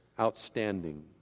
outstanding